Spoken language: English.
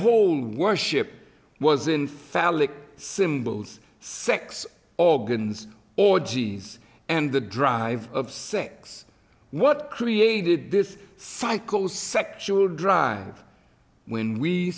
whole worship was in phallic symbols sex organs orgies and the drive of sex what created this cycle sexual drive when we